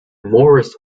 morris